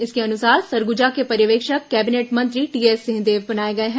इसके अनुसार सरगुजा के पर्यवेक्षक कैबिनेट मंत्री टीएस सिंहदेव बनाए गए हैं